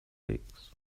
leaks